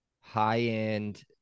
high-end